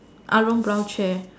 brown chair